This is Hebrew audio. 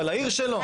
על העיר שלו?